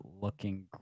looking